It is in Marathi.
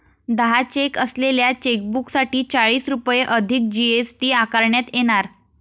दहा चेक असलेल्या चेकबुकसाठी चाळीस रुपये अधिक जी.एस.टी आकारण्यात येणार